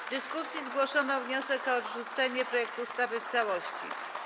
W dyskusji zgłoszono wniosek o odrzucenie projektu ustawy w całości.